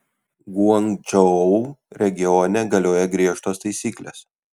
guangdžou regione galioja griežtos taisyklės